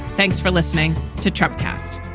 thanks for listening to trump cast